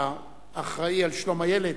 האחראי לשלום הילד.